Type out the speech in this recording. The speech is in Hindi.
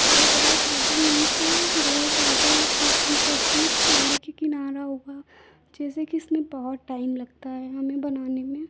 और बहुत ज़्यादा नहीं तो बहुत ज़्यादा ही सीखने पड़ती है साड़ी का किनारा हो गया जैसे कि इसमें बहुत टाइम लगता है हमें बनाने में